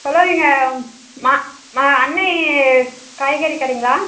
hello நீங்கள் மா மா அன்னை காய்கறி கடைங்களா